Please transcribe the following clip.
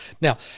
Now